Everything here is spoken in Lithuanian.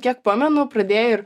kiek pamenu pradėjai ir